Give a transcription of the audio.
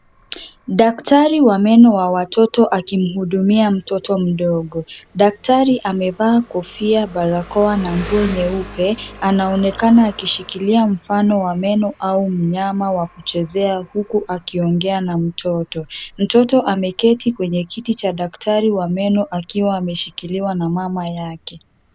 Daktari wa meno wa watoto akimuhudumia mtoto mdogo, daktari amevaa kofia, barakoa na nguo nyeupe, anaonekana akishikilia mfano wa meno au mnyama wa kuchezea huku akiongea na mtoto. Mtoto ameketi kwenye kiti cha daktari wa meno akiwa ameshikiliwa na mama yake.